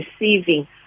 receiving